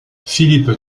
philippe